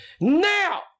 now